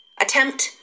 Attempt